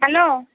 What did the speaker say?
hello